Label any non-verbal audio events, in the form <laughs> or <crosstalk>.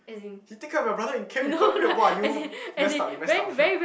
he take care of your brother in camp you call him weird !wah! you you messed up you messed up <laughs>